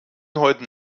heute